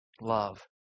love